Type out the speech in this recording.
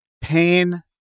pain